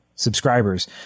subscribers